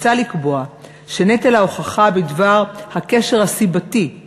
מוצע לקבוע שנטל ההוכחה בדבר הקשר הסיבתי